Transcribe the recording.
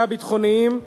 הביטחוניים וההתיישבותיים,